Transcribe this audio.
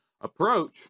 approach